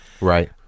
right